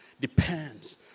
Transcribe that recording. depends